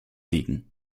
liegen